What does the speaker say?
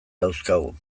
dauzkagu